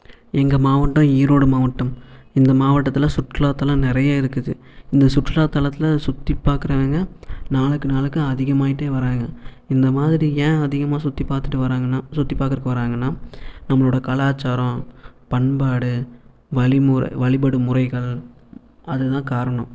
எங்கள் மாவட்டம் ஈரோடு மாவட்டம் இந்த மாவட்டத்தில் சுற்றுலா தளம் நிறைய இருக்குது இந்த சுற்றுலா தளத்தில் சுற்றி பார்க்கறவங்க நாளுக்கு நாளுக்கு அதிகமாயிட்டே வராங்க இந்த மாதிரி ஏன் அதிகமாக சுற்றி பார்த்துட்டு வராங்கனா சுற்றி பார்க்கறுக்கு வராங்கன்னா நம்மளோட கலாச்சாரம் பண்பாடு வழிமுறை வழிபடும் முறைகள் அது தான் காரணம்